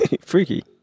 Freaky